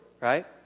right